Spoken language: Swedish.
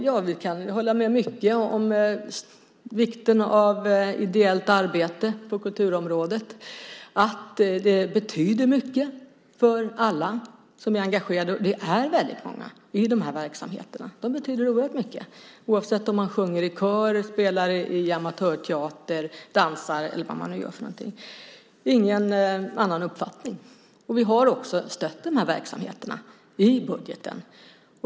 Ja, vi kan hålla med om vikten av ideellt arbete på kulturområdet. Det betyder mycket för alla som är engagerade - och det är väldigt många i de här verksamheterna. Det betyder oerhört mycket, oavsett om man sjunger i kör, spelar amatörteater, dansar eller vad man nu gör för någonting. Det är ingen annan uppfattning. Vi har också stött de här verksamheterna i budgeten.